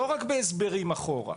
לא רק בהסברים אחורה.